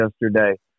yesterday